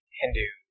Hindu